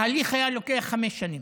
ההליך היה לוקח חמש שנים.